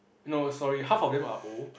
no sorry half of them are old